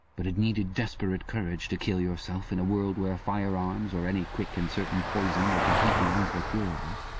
but it needed desperate courage to kill yourself in a world where firearms, or any quick and certain poison, were completely unprocurable.